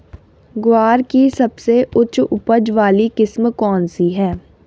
ग्वार की सबसे उच्च उपज वाली किस्म कौनसी है?